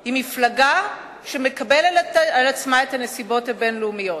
היא מפלגה שמקבלת על עצמה את הנסיבות הבין-לאומיות.